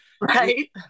Right